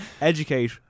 educate